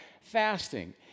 fasting